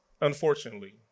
unfortunately